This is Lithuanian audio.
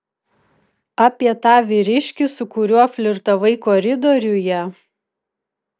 apie tą vyriškį su kuriuo flirtavai koridoriuje